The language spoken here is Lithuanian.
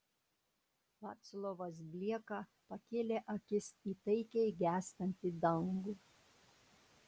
vaclovas blieka pakėlė akis į taikiai gęstantį dangų